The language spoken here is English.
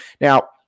Now